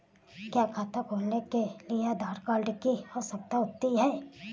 क्या खाता खोलने के लिए आधार कार्ड की आवश्यकता होती है?